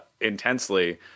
intensely